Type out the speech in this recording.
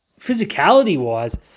physicality-wise